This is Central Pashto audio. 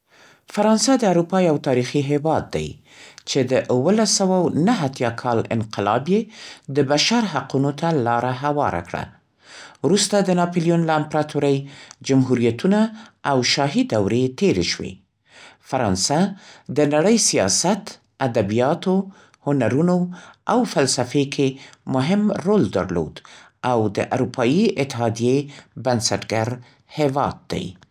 فرانسه د اروپا یو تاریخي هېواد دی، چې د اوولس سوه او نه اتیا کال انقلاب یې د بشر حقونو ته لاره هواره کړه. وروسته د ناپلیون له امپراتورۍ، جمهوریتونه، او شاهي دورې تېرې شوې. فرانسه د نړۍ سیاست، ادبیاتو، هنرونو او فلسفې کې مهم رول درلود، او د اروپایي اتحادیې بنسټګر هېواد دی.